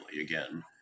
again